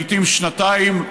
לעיתים שנתיים,